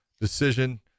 decision